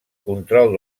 control